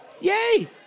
Yay